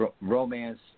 romance